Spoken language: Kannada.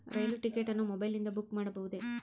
ರೈಲು ಟಿಕೆಟ್ ಅನ್ನು ಮೊಬೈಲಿಂದ ಬುಕ್ ಮಾಡಬಹುದೆ?